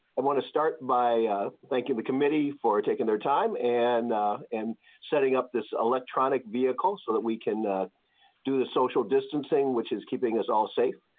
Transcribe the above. i want to start by thanking the committee for taking their time and and setting up this electronic vehicles so are we cannot do the social distancing which is keeping us all safe.